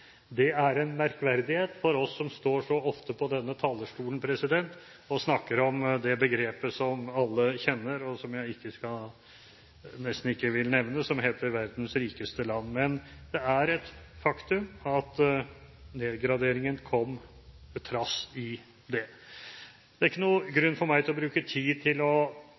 Det er en merkverdighet for oss som står så ofte på denne talerstolen og snakker om det begrepet som alle kjenner – og som jeg nesten ikke vil nevne – nemlig «verdens rikeste land». Men det er et faktum at nedgradringen kom trass i det. Det er ingen grunn for meg å bruke tid på å gjenta den samme kritikken som representanten Nesvik har fremmet herfra. Jeg slutter meg til